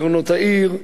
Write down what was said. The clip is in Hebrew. בקרנות הרחובות,